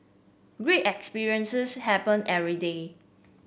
great experiences happen every day